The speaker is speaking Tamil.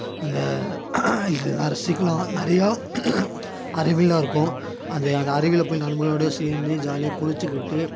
அந்த இதுலாம் ரசிக்கலாம் நறையா அருவிலாம் இருக்கும் அது அந்த அருவியில் போய் நண்பர்களோடு சேர்ந்து ஜாலியாக குளித்துக்கிட்டு